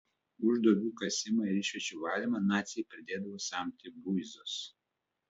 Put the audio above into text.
už duobių kasimą ir išviečių valymą naciai pridėdavo samtį buizos